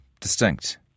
distinct